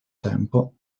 tempo